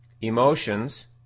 emotions